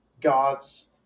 God's